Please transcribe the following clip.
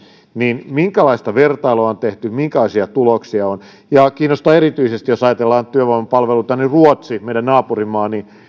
niin minkälaista vertailua on tehty minkälaisia tuloksia on kiinnostaa erityisesti jos ajatellaan työvoimapalveluita ruotsi meidän naapurimaamme se